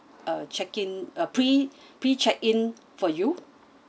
uh check in a pre pre check in for you